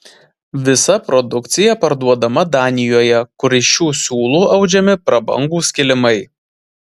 visa produkcija parduodama danijoje kur iš šių siūlų audžiami prabangūs kilimai